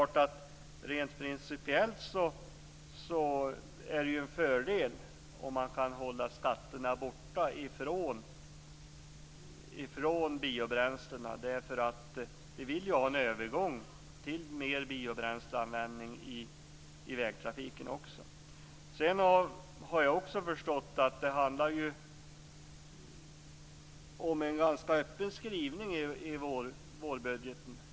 Rent principiellt är det en fördel om man kan hålla skatterna borta ifrån biobränslena därför att vi vill ha en övergång till mer bränsleanvändning i vägtrafiken. Sedan har jag förstått att det handlar om en ganska öppen skrivning i vårbudgeten.